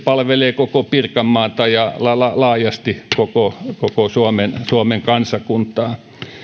palvelee koko pirkanmaata ja laajasti koko koko suomen suomen kansakuntaa